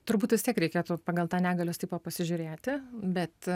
turbūt vis tiek reikėtų pagal tą negalios tipą pasižiūrėti bet